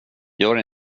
gör